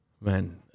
Man